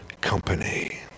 company